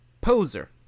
poser